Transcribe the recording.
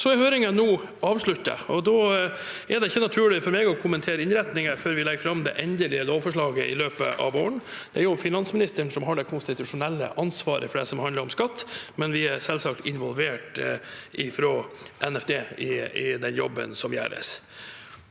Høringen er nå avsluttet, og det er ikke naturlig for meg å kommentere innretningen før vi legger fram det endelige lovforslaget i løpet av våren. Det er finansministeren som har det konstitusjonelle ansvaret for det som handler om skatt, men vi er selvsagt involvert fra Nærings- og